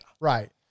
Right